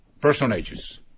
personages